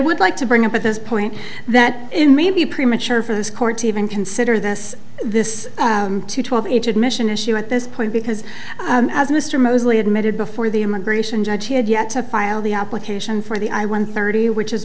would like to bring up at this point that it may be premature for this court even consider this this to twelve each admission issue at this point because as mr mosley admitted before the immigration judge he had yet to file the application for the i one thirty which is